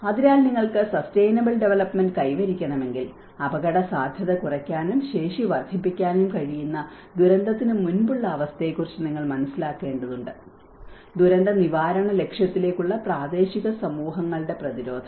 അതിനാൽ നിങ്ങൾക്ക് sustainable development കൈവരിക്കണമെങ്കിൽ അപകടസാധ്യത കുറയ്ക്കാനും ശേഷി വർദ്ധിപ്പിക്കാനും കഴിയുന്ന ദുരന്തത്തിന് മുമ്പുള്ള അവസ്ഥയെക്കുറിച്ച് നിങ്ങൾ മനസ്സിലാക്കേണ്ടതുണ്ട് ദുരന്ത നിവാരണ ലക്ഷ്യത്തിലേക്കുള്ള പ്രാദേശിക സമൂഹങ്ങളുടെ പ്രതിരോധം